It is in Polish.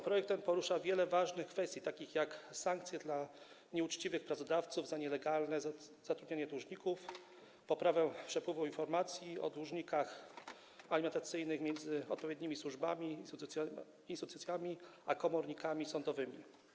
Projekt ten porusza wiele ważnych kwestii, takich jak sankcje dla nieuczciwych pracodawców za nielegalne zatrudnianie dłużników czy poprawa przepływu informacji o dłużnikach alimentacyjnych między odpowiednimi służbami i instytucjami a komornikami sądowymi.